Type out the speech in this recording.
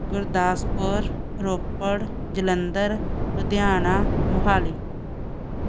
Gurdaspur Ropar Jalandhar Ludhiana Mohali